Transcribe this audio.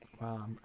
Wow